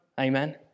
Amen